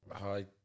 Hi